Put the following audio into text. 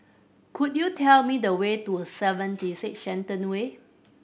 could you tell me the way to Seventy Six Shenton Way